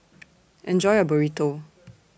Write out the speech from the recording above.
Enjoy your Burrito